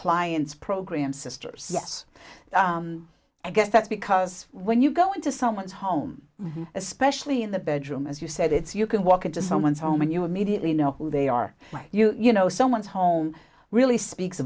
clients program sisters yes i guess that's because when you go into someone's home especially in the bedroom as you said it's you can walk into someone's home and you immediately know who they are like you you know someone's home really speaks